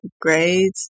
grades